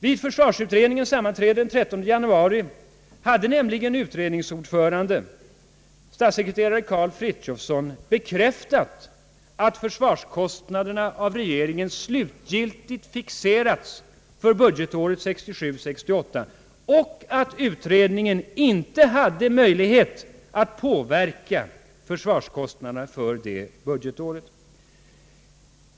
Vid försvarsutredningens sammanträde den 13 januari hade utredningsordföranden, statssekreterare Karl Frithiofson, bl.a. bekräftat att försvarskostnaderna av regeringen slutgiltigt fixerats för budgetåret 1967/68 och att utredningen alltså inte hade möjlighet att påverka dem för detta budgetår.